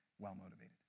well-motivated